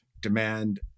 demand